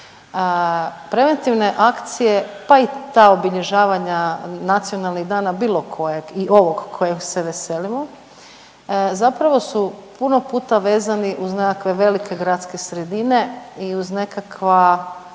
Preventivne akcije, pa i ta obilježavanja nacionalnih dana, bilo kojeg i ovog kojem se veselimo, zapravo su puno puta vezani uz nekakve velike gradske sredine i uz nekakva